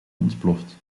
ontploft